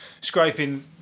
Scraping